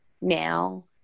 now